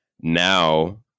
now